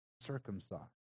circumcised